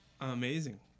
amazing